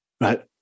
right